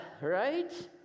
right